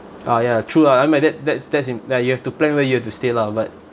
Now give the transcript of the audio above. ah ya true lah I mean by that that's that's in ya yes you have to plan where you have to stay lah but